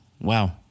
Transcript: Wow